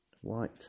white